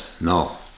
no